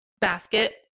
basket